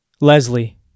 Leslie